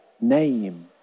name